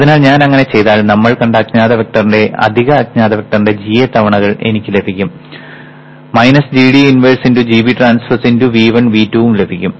അതിനാൽ ഞാൻ അങ്ങനെ ചെയ്താൽ നമ്മൾ കണ്ട അജ്ഞാത വെക്ടറിന്റെ അധിക അജ്ഞാത വെക്ടറിന്റെ gA തവണകൾ എനിക്ക് ലഭിക്കും gD inverse x gB transpose x V1 V2 ഉം ലഭിക്കും